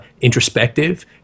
introspective